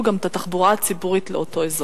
גם את התחבורה הציבורית לאותו אזור.